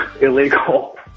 illegal